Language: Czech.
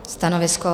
Stanovisko?